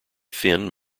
thin